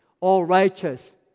all-righteous